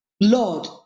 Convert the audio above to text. Lord